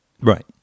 Right